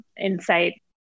insight